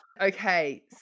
Okay